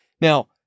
Now